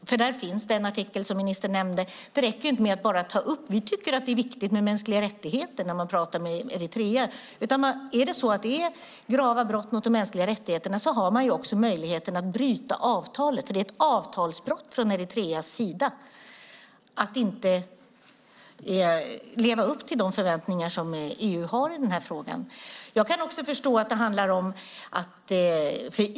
Där finns det en artikel, som ministern nämnde, men det räcker inte med att bara ta upp detta och säga att vi tycker att det är viktigt med mänskliga rättigheter när man talar med Eritrea. Om det är fråga om grava brott mot de mänskliga rättigheterna har man också möjligheten att bryta avtalet eftersom det är ett avtalsbrott från Eritreas sida att inte leva upp till de förväntningar som EU har i denna fråga.